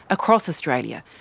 across australia,